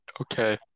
Okay